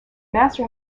master